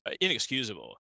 Inexcusable